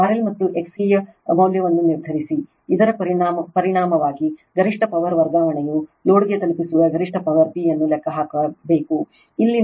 RL ಮತ್ತು XCಯ ಮೌಲ್ಯವನ್ನು ನಿರ್ಧರಿಸಿ ಇದರ ಪರಿಣಾಮವಾಗಿ ಗರಿಷ್ಠ ಪವರ್ ವರ್ಗಾವಣೆಯು ಲೋಡ್ಗೆ ತಲುಪಿಸುವ ಗರಿಷ್ಠ ಪವರ್ P ಅನ್ನು ಲೆಕ್ಕಹಾಕಬೇಕಾಗುತ್ತದೆ